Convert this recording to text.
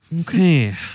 okay